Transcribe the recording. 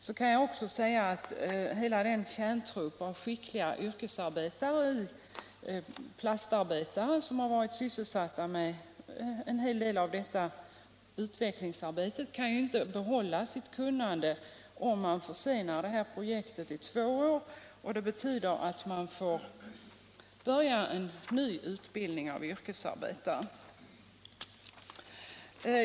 Sedan vill jag också tillägga att hela den kärntrupp av skickliga yrkesarbetare och plastarbetare som varit sysselsatta med en hel del av detta utvecklingsarbete inte kan behålla sitt kunnande om man försenar projektet i två år. Det betyder att man måste börja en ny utbildning av yrkesarbetare.